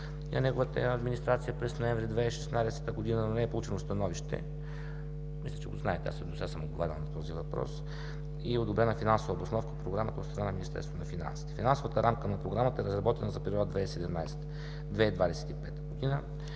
неговата администрация през ноември 2016 г., но не е получено становище – мисля, че го знаете, аз и досега съм отговарял на този въпрос – и не е одобрена финансова обосновка на програмата от страна на Министерството на финансите. Финансовата рамка на програмата е разработена за периода 2017 – 2025 г.